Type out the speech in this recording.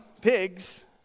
pigs